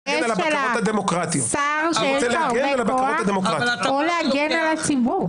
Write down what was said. האינטרס של השר שיש לו הרבה כוח או להגן על הציבור?